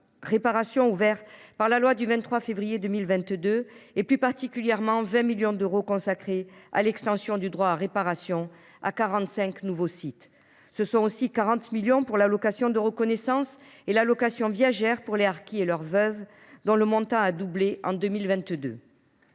réparation ouvert par la loi du 23 février 2022, et, plus particulièrement, 20 millions d’euros consacrés à l’extension du droit à réparation à 45 nouveaux sites, ainsi que 40 millions d’euros pour l’allocation de reconnaissance et l’allocation viagère, pour les harkis et leurs veuves, dont le montant a été doublé en 2022.